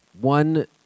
one